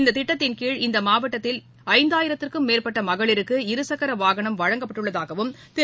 இத்திட்டத்தின்கீழ் இந்த மாவட்டத்தில் ஐந்தாயிரத்திற்கும் மேற்பட்ட மகளிருக்கு இருசக்கர வாகனம் வழங்கப்பட்டுள்ளதாகவும் திரு